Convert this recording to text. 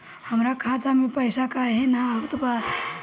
हमरा खाता में पइसा काहे ना आवत बा?